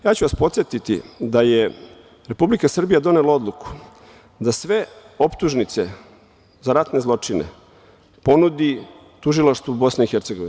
Ja ću vas podsetiti da je Republika Srbija donela odluku da sve optužnice za ratne zločine ponudi tužilaštvu BiH.